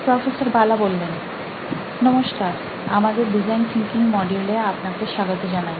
professor Bala নমস্কার আমাদের design thinking মডিউলে আপনাকে স্বাগত জানাই